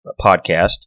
podcast